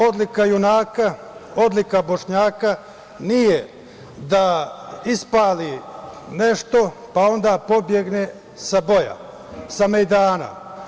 Odlika junaka, odlika Bošnjaka nije da ispali nešto, pa onda pobegne sa boja, sa megdana.